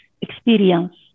experience